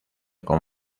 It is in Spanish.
con